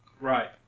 Right